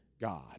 God